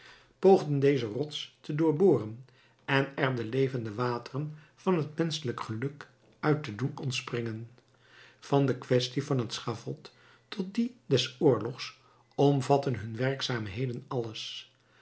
poogden deze rots te doorboren en er de levende wateren van het menschelijk geluk uit te doen ontspringen van de quaestie van het schavot tot die des oorlogs omvatten hun werkzaamheden alles